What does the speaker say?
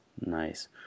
Nice